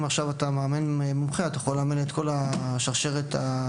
אם אתה מאמן מומחה אתה יכול לאמן את כל שרשרת העיסוק.